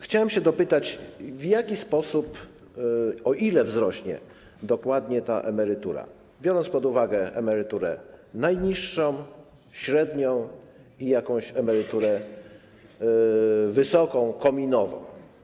Chciałem się dopytać, w jaki sposób i o ile dokładnie wzrośnie ta emerytura, biorąc pod uwagę emeryturę najniższą, średnią i jakąś emeryturę wysoką, kominową.